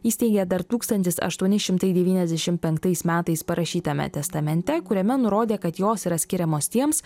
įsteigė dar tūkstantis aštuoni šimtai devyniasdešimt penktais metais parašytame testamente kuriame nurodė kad jos yra skiriamos tiems